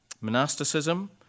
Monasticism